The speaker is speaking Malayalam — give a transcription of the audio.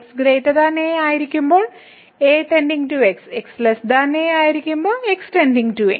x a ആയിരിക്കുമ്പോൾ a x x a ആയിരിക്കുമ്പോൾ x a